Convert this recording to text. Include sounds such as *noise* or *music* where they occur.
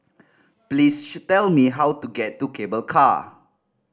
please *unintelligible* tell me how to get to Cable Car